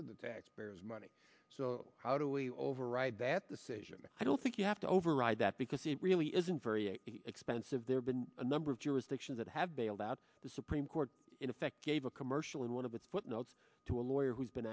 of the taxpayers money so how do we override that the seizure i don't think you have to override that because it really isn't very expensive there been a number of jurisdictions that have bailed out the supreme court in effect gave a commercial in one of its footnotes to a lawyer who's been